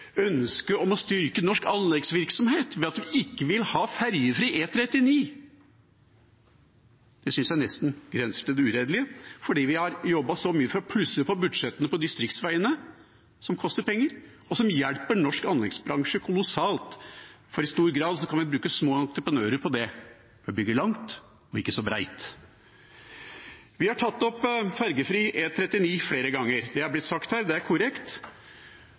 om å styrke norsk anleggsvirksomhet ved at vi ikke vil ha ferjefri E39. Det synes jeg nesten grenser til det uredelige, for vi har jobbet mye for å plusse på budsjettene til distriktsveiene, som koster penger og som hjelper norsk anleggsbransje kolossalt. I stor grad kan vi bruke små entreprenører til det: å bygge langt og ikke så bredt. Vi har tatt opp ferjefri E39 flere ganger – det er blitt sagt før, og det er korrekt.